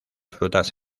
frutas